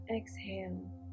exhale